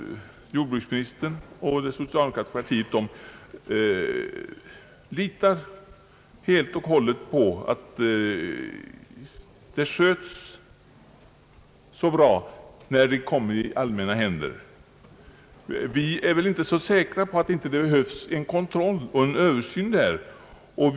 Jordbruksministern och det socialdemokratiska partiet litar helt och hållet på att all verksamhet sköts bra när den läggs i allmänna händer. Vi är inte så säkra på att det inte behövs en kontroll och en översyn i sådana fall.